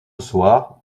soir